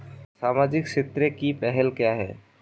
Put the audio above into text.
सामाजिक क्षेत्र की पहल क्या हैं?